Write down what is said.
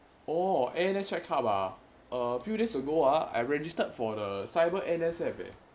oh N_S check up ah a few days ago uh I registered for the cyber N_S_F eh